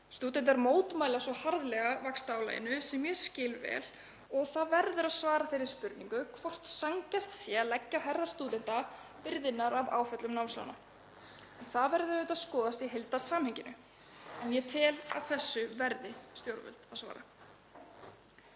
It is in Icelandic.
Stúdentar mótmæla svo harðlega vaxtaálaginu, sem ég skil vel, og það verður að svara þeirri spurningu hvort sanngjarnt sé að leggja á herðar stúdenta byrðarnar af áföllum námslána. Það verður auðvitað að skoðast í heildarsamhenginu en ég tel að þessu verði stjórnvöld að svara.